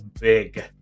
big